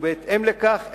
ובהתאם לכך,